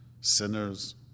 sinners